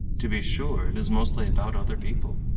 to be sure, it is mostly about other people,